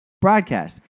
broadcast